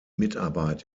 mitarbeit